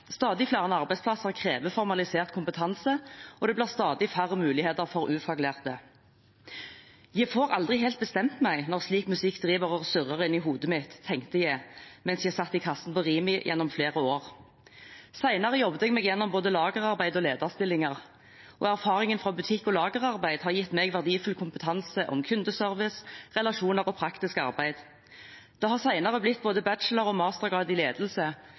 Stadig flere arbeidsplasser krever formalisert kompetanse, og det blir stadig færre muligheter for ufaglærte. «Je får aldri helt bestemt meg når slik musikk driv og surrer inni huggu mitt,» tenkte jeg mens jeg satt i kassen på Rimi gjennom flere år. Senere jobbet jeg meg gjennom både lagerarbeid og lederstillinger. Erfaringen fra butikk- og lagerarbeid har gitt meg verdifull kompetanse om kundeservice, relasjoner og praktisk arbeid. Det har senere blitt både bachelor- og mastergrad i ledelse,